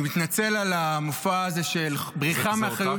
אני מתנצל על המופע הזה של בריחה מאחריות